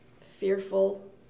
fearful